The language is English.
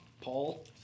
paul